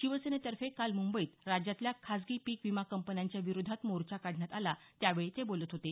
शिवसेनेतर्फे काल मुंबईत राज्यातल्या खाजगी पीक विमा कंपन्यांच्या विरोधात मोर्चा काढण्यात आला त्यावेळी ते बोलत होते